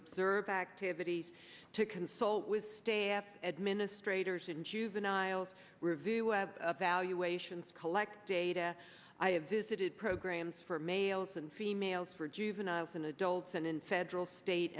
observe activities to consult with staff administrators and juveniles review valuations collect data i have visited programs for males and females for juveniles in adults and in federal state